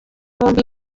bombi